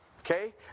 Okay